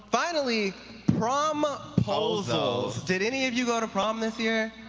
finally prom posals. did any of you go to prom this year?